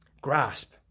grasp